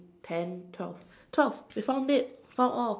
ten twelve twelve we found it found all